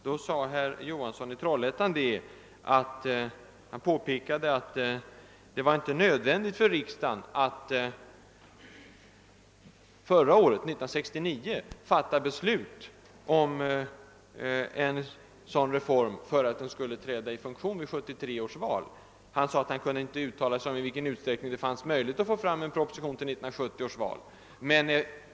Då påpekade herr Johansson i Trollhättan att det inte var nödvändigt för riksdagen att fatta beslut år 1969 om en reform, för att den skall träda i funktion vid 1973 års val. Han kunde inte uttala sig om i vilken utsträckning det fanns möjlighet att få fram en proposition till 1970 års riksdag.